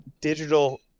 digital